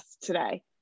today